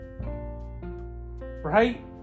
Right